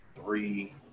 three